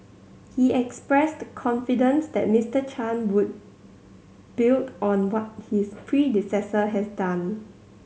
he expressed confidence that Mister Chan would build on what his predecessor has done